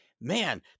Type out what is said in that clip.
Man